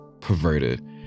perverted